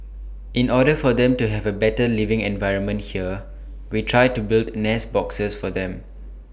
in order for them to have A better living environment here we try to build nest boxes for them